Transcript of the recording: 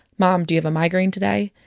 mom, do you have a migraine today?